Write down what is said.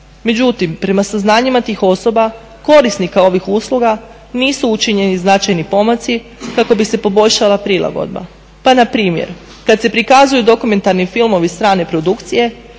Međutim, prema saznanjima tih osoba korisnika ovih usluga nisu učinjeni značajni pomaci kako bi se poboljšala prilagodba. Pa npr. kad se prikazuju dokumentarni filmovi strane produkcije